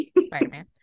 Spider-Man